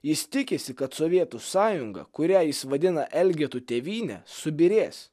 jis tikisi kad sovietų sąjunga kurią jis vadina elgetų tėvyne subyrės